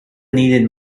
needed